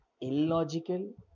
illogical